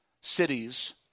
cities